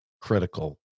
critical